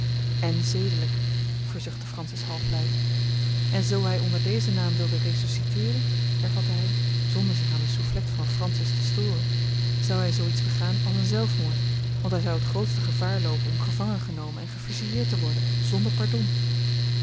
en zedelijk verzuchtte fancis halfluid en zoo hij onder dezen naam wilde ressusciteeren hervatte hij zonder zich aan de soufflet van francis te storen zou hij zoo iets begaan als een zelfmoord want hij zou het grootste gevaar loopen om gevangen genomen en gefusileerd te worden zonder pardon